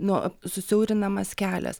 nuo susiaurinamas kelias